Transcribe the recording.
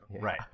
Right